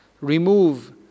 Remove